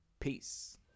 peace